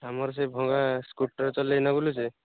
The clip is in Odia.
ଆମର ସେ ଭଙ୍ଗା ସ୍କୁଟର୍ ଚଲେଇକିନା ବୁଲୁଛେ